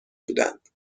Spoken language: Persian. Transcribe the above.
بودند